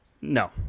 no